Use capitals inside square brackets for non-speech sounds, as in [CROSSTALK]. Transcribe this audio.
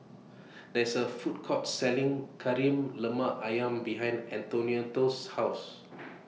There IS A Food Court Selling Kari Lemak Ayam behind Antionette's House [NOISE]